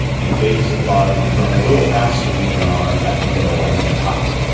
and wages at the bottom are growing a little faster than they are at the middle and at the top.